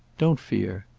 don't fear.